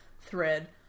thread